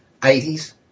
80s